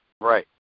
right